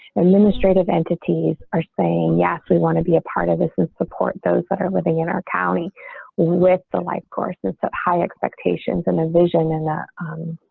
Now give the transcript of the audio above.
administrative entities are saying, yes, we want to be a part this is support those that are living in our county with the life course and so high expectations and a vision and um